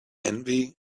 envy